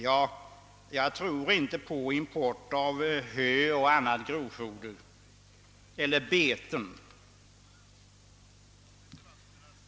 Ja, jag tror inte på import av hö och annat grovfoder eller beten.